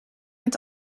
met